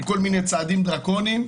כל מיני צעדים דרקוניים,